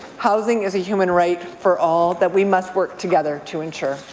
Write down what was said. housing is a human right for all that we must work together to ensure.